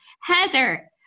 Heather